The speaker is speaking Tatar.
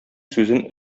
сүзен